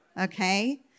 okay